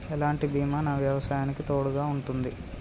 ఎలాంటి బీమా నా వ్యవసాయానికి తోడుగా ఉంటుంది?